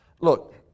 Look